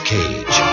Cage